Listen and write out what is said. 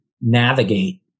navigate